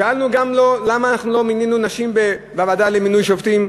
שאלנו גם למה אנחנו לא מינינו נשים לוועדה למינוי שופטים,